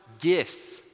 gifts